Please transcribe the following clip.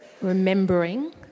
remembering